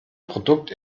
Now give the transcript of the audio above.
produkt